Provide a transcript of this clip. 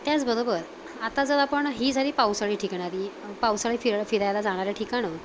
त्याचबरोबर आता जर आपण ही झाली पावसाळी ठिकाणारी पावसाळी फिरा फिरायला जाणारे ठिकाणं